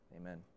amen